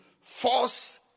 force